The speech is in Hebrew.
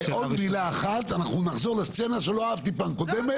עוד מילה אחת אנחנו נחזור לסצנה שלא אהבתי בפעם הקודמת.